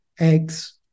eggs